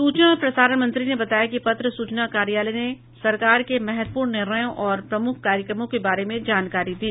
सूचना और प्रसारण मंत्री ने बताया कि पत्र सूचना कार्यालय ने सरकार के महत्वपूर्ण निर्णयों और प्रमुख कार्यक्रमों के बारे में जानकारी दी